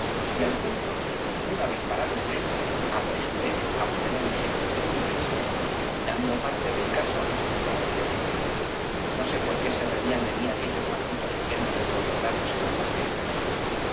y al punto una vez parado el tren apresuróme á poner en ejtfeución mi pensamiento b pérez galdós dando parte del caso á los empleados de la vía no sé por qué se reían de mí aquellos malditos oyéndome formular mis justas quejas